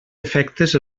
efectes